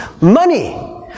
money